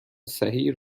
صحیح